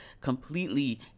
completely